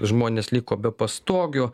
žmonės liko be pastogių